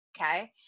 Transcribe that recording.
okay